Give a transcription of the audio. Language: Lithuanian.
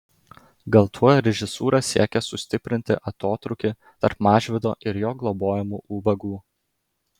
gal tuo režisūra siekė sustiprinti atotrūkį tarp mažvydo ir jo globojamų ubagų